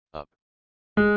up